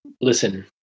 listen